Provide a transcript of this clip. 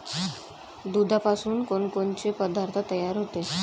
दुधापासून कोनकोनचे पदार्थ तयार होते?